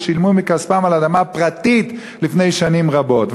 ששילמו מכספם על אדמה פרטית לפני שנים רבות.